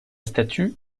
statue